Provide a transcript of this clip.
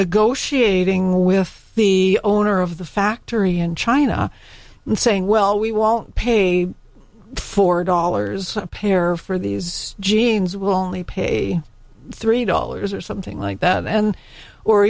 negotiating with the owner of the factory in china and saying well we won't pay four dollars a pair for these jeans will only pay three dollars or something like that and or